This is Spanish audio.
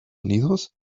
unidos